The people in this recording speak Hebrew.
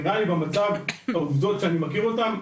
נראה לי במצב העובדות שאני מכיר אותן,